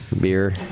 beer